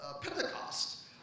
Pentecost